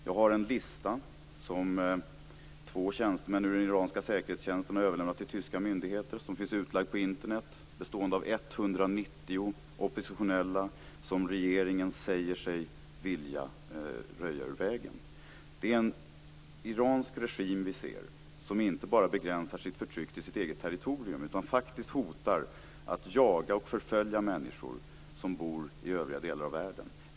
Jag har en lista som två tjänstemän ur den iranska säkerhetstjänsten har överlämnat till tyska myndigheter och som finns utlagd på Internet. Den består av 190 oppositionella som regeringen säger sig vilja röja ur vägen. Vi ser en iransk regim som inte bara begränsar sitt förtryck till det egna territoriet utan faktiskt hotar att jaga och förfölja människor som bor i övriga delar av världen.